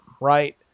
Right